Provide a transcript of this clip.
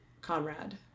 comrade